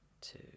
two